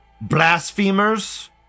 blasphemers